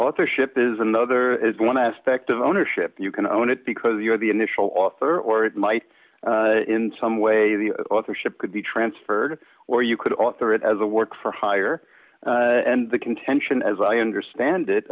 authorship is another one aspect of ownership you can own it because you are the initial author or it might in some way the authorship could be transferred or you could author it as a work for hire and the contention as i understand it